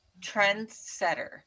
Trendsetter